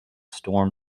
storm